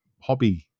hobby